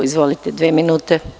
Izvolite, dve minute.